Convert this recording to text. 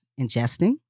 ingesting